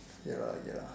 ya lah ya lah